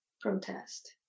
protest